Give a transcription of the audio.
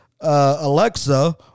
Alexa